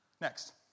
Next